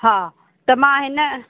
हा त मां हिन